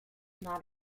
not